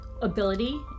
ability